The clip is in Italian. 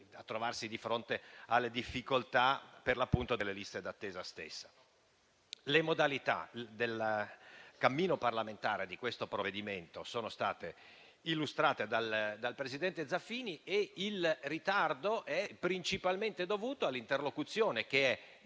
si trovano di fronte alle difficoltà delle liste d'attesa. Le modalità del cammino parlamentare di questo provvedimento sono state illustrate dal presidente Zaffini e il ritardo è principalmente dovuto all'interlocuzione, che è